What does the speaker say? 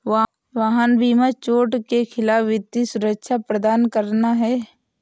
वाहन बीमा चोट के खिलाफ वित्तीय सुरक्षा प्रदान करना है